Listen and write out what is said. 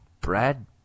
Brad